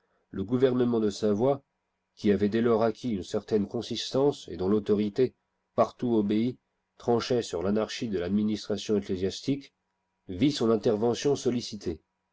le gouvernement de savoie qui avait dès lors acquis une certaine consistance et dont l'autorité partout obéie tranchait sur l'anarchie de l'administration ecclésiastique vit son intervention sollicitée